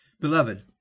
Beloved